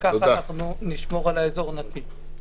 וככה נשמור על האזור נקי.